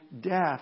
death